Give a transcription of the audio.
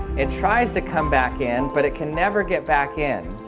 it tries to come back in but it can never get back in